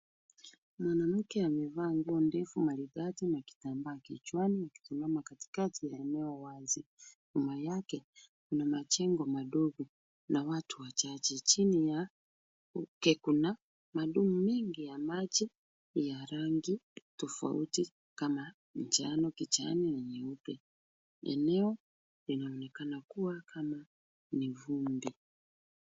Mwanamke amevaa nguo ndefu maridadi na kitambaa kichwani akisimama katikati ya eneo wazi. Nyuma yake kuna majengo madogo na watu wachache. Chini yake kuna mandoo mengi ya maji ya rangi tofauti kama kijani kijani na nyeupe. Eneo linaonekana kuwa kama ni vumbi.